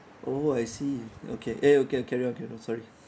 oh I see okay eh okay carry on carry on sorry